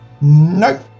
Nope